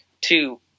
two